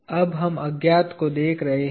अब हम अज्ञात को देख रहे हैं